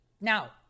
now